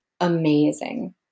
amazing